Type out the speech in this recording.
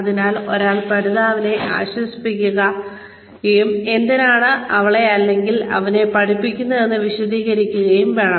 അതിനാൽ ഒരാൾ പഠിതാവിനെ ആശ്വസിപ്പിക്കുകയും എന്തിനാണ് അവളെ അല്ലെങ്കിൽ അവനെ പഠിപ്പിക്കുന്നതെന്ന് വിശദീകരിക്കുകയും വേണം